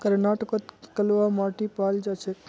कर्नाटकत कलवा माटी पाल जा छेक